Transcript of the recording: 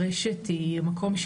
הרשת היא מקום,